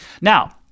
Now